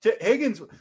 Higgins